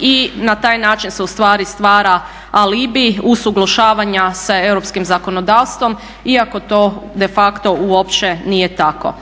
I na taj način se ustvari stvara alibi usuglašavanja sa europskim zakonodavstvom iako to de facto uopće nije tako.